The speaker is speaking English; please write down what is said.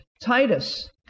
Titus